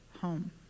home